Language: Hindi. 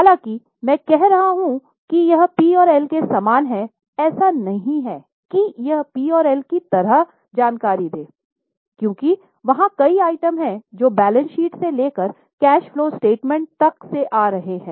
हालांकि मैं कह रहा हूं कि यह पी और एल के समान है ऐसा नहीं है कि यह पी और एल की तरह जानकारी दे क्योंकि वहाँ कई आइटम हैं जो बैलेंस शीट से लेकर कैश फलो स्टेटमेंट तक से आ रहे है